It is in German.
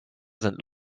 sind